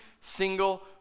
single